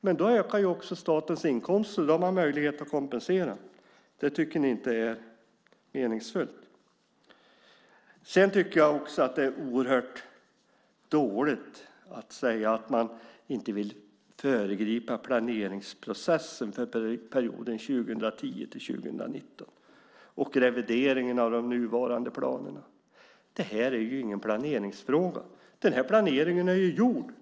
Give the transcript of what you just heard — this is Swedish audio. Men då ökar ju också statens inkomster, och då har man möjligheten att kompensera. Det tycker ni inte är meningsfullt. Sedan tycker jag också att det är oerhört dåligt att säga att man inte vill föregripa planeringsprocessen för perioden 2010-2019 och revideringen av de nuvarande planerna. Det här är ju ingen planeringsfråga. Den här planeringen är ju gjord.